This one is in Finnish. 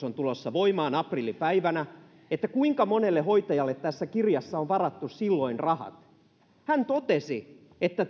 on tulossa voimaan aprillipäivänä kaksituhattakaksikymmentäkolme että kuinka monelle hoitajalle tässä kirjassa on varattu silloin rahat hän totesi että